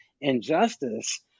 injustice